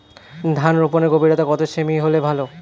ধান রোপনের গভীরতা কত সেমি হলে ভালো?